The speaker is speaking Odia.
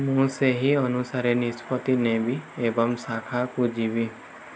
ମୁଁ ସେହି ଅନୁସାରେ ନିଷ୍ପତ୍ତି ନେବି ଏବଂ ଶାଖାକୁ ଯିବି